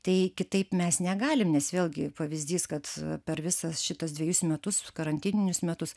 tai kitaip mes negalim nes vėlgi pavyzdys kad per visas šituos dvejus metus karantininius metus